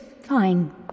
fine